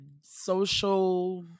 social